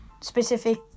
specific